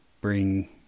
bring